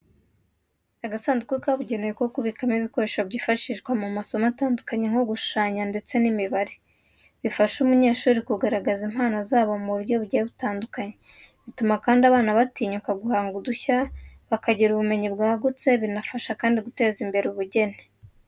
Agasanduku kabugenewe ko kubikamo ibikoresho byifashishwa mu masomo atandukanye nko gushushanya ndetse n'imibare. Bifasha abanyeshuri kugaragaza impano zabo mu buryo bugiye butandukanye, bituma kandi abana batinyuka guhanga udushya, bakagira ubumenyi bwagutse, binabafasha kandi guteza imbere ubugeni.